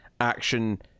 action